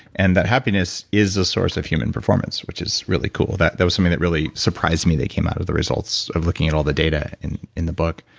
and that happiness is a source of human performance which is really cool that that was something that really surprised me that came out of the results of looking at all the data in in the book.